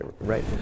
right